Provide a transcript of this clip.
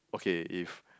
okay if